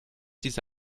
diese